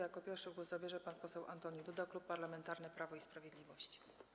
Jako pierwszy głos zabierze pan poseł Antoni Duda, Klub Parlamentarny Prawo i Sprawiedliwość.